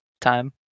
time